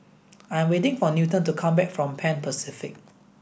I'm waiting for Newton to come back from Pan Pacific